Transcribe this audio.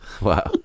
Wow